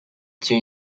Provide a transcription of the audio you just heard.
tient